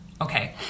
Okay